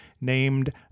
named